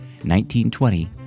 1920